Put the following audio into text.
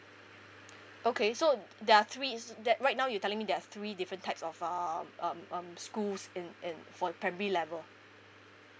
okay so there are three is that right now you're telling there are three different types of um um um schools in in for the primary level